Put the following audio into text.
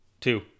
two